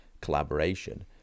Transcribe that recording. collaboration